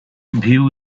view